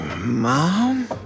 Mom